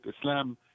Islam